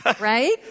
right